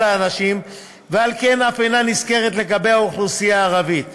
האנשים ועל כן אף אינה נזכרת לגבי האוכלוסייה הערבית.